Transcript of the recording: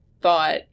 thought